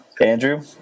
Andrew